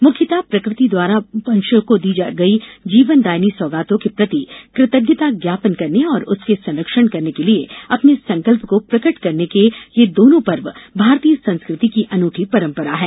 मुख्यतः प्रकृति द्वारा मनुष्यों को दी गई जीवन दायनी सौगातों के प्रति कृतज्ञता ज्ञापन करने और उसके संरक्षण करने के लिये अपने संकल्प को प्रकट करने के ये दोनों पर्व भारतीय संस्कृति की अनुठी परम्परा हैं